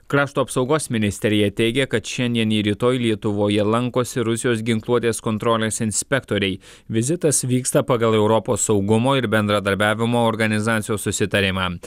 krašto apsaugos ministerija teigia kad šiandien ir rytoj lietuvoje lankosi rusijos ginkluotės kontrolės inspektoriai vizitas vyksta pagal europos saugumo ir bendradarbiavimo organizacijos susitarimą